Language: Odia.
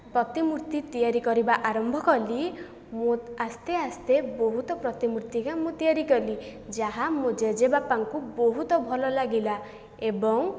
ପ୍ରତିମୂର୍ତ୍ତି ତିଆରି କରିବା ଆରମ୍ଭ କଲି ମୁଁ ଆସ୍ତେ ଆସ୍ତେ ବହୁତ ପ୍ରତିମୂର୍ତ୍ତିକା ମୁଁ ତିଆରି କଲି ଯାହା ମୋ ଜେଜେବାପାଙ୍କୁ ବହୁତ ଭଲ ଲାଗିଲା ଏବଂ